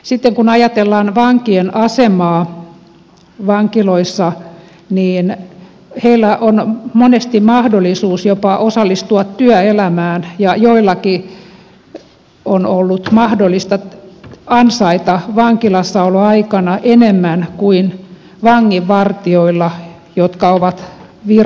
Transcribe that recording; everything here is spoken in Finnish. sitten kun ajatellaan vankien asemaa vankiloissa niin heillä on monesti mahdollisuus jopa osallistua työelämään ja joillakin on ollut mahdollista ansaita vankilassaoloaikana enemmän kuin vanginvartijoilla jotka ovat virassa